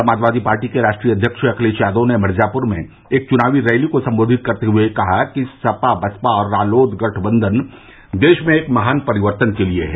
Samajwadi Party के राष्ट्रीय अध्यक्ष अखिलेश यादव ने मिर्जापुर में एक चुनावी रैली को सम्बोधित करते हुए कहा कि सपा बसपा और रालोद गठबंधन देश में एक महान परिवर्तन के लिए है